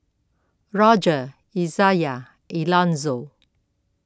Roger Izayah and Elonzo